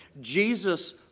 Jesus